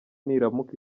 niramuka